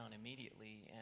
immediately